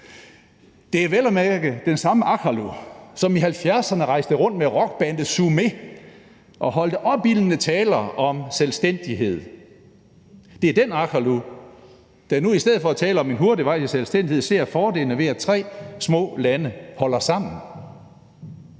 Det er vel at mærke den samme Aqqaluk, som i 1970'erne rejste rundt med rockbandet Sumé og holdt opildnende taler om selvstændighed. Det er den Aqqaluk, der nu i stedet for at tale om en hurtig vej til selvstændighed ser fordelene ved, at tre små lande holder sammen.